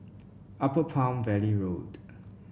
Upper Palm Valley Road